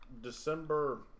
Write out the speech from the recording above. December –